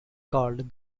called